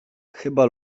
chyba